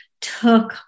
took